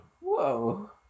Whoa